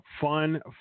Fun